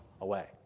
away